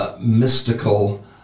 Mystical